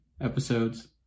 episodes